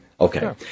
Okay